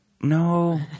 No